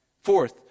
Fourth